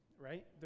right